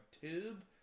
tube